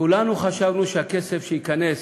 כולנו חשבנו שהכסף שייכנס